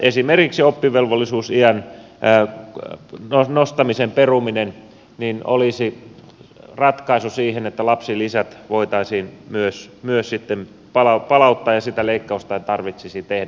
esimerkiksi oppivelvollisuusiän nostamisen peruminen olisi ratkaisu siihen että lapsilisät voitaisiin myös sitten palauttaa ja sitä leikkausta ei tarvitsisi tehdä